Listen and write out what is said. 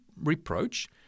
reproach